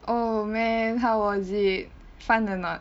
oh man how was it fun a not